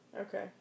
Okay